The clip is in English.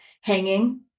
hanging